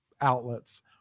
outlets